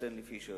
סטנלי פישר,